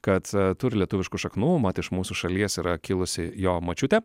kad turi lietuviškų šaknų mat iš mūsų šalies yra kilusi jo močiutė